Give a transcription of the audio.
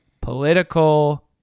political